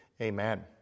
amen